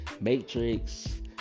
Matrix